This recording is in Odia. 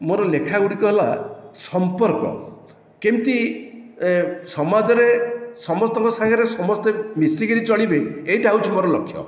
ମୋର ଲେଖା ଗୁଡ଼ିକ ହେଲା ସମ୍ପର୍କ କେମିତି ଏ ସମାଜରେ ସମସ୍ତଙ୍କ ସାଙ୍ଗରେ ସମସ୍ତେ ମିସିକରି ଚଳିବେ ଏଇଟା ହେଉଛି ମୋର ଲକ୍ଷ୍ୟ